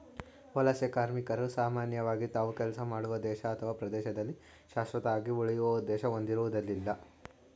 ವಲಸೆ ಕಾರ್ಮಿಕರು ಸಾಮಾನ್ಯವಾಗಿ ತಾವು ಕೆಲಸ ಮಾಡುವ ದೇಶ ಅಥವಾ ಪ್ರದೇಶದಲ್ಲಿ ಶಾಶ್ವತವಾಗಿ ಉಳಿಯುವ ಉದ್ದೇಶ ಹೊಂದಿರುವುದಿಲ್ಲ